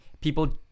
people